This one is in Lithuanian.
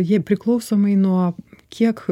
ji priklausomai nuo kiek